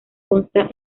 consta